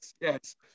yes